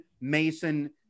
Mason